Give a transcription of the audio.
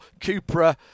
Cupra